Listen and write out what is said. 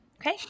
Okay